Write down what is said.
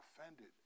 offended